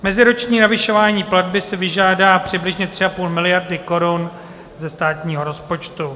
Meziroční navyšování platby si vyžádá přibližně 3,5 miliardy korun ze státního rozpočtu.